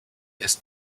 ist